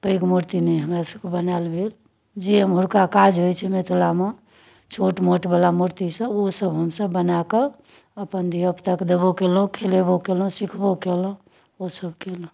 पैघ मूर्ति नहि हमरा सबकेँ बनायल भेल जे एमहरका काज होइ छै मिथिलामे छोट मोटवला मूर्ति सब ओ सब हमसब बनाकऽ अपन धिया पुता के देबो कयलहुँ खेलेबो कयलहुँ सीखबो कयलहुँ ओ सब कयलहुँ